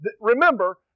remember